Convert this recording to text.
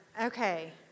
Okay